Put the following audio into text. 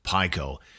Pico